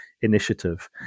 initiative